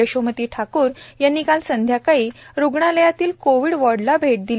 यशोमती ठाकूर यांनी काल सायंकाळी या रूग्णालयातील कोविड वॉर्डाला भेट दिला